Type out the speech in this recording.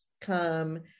come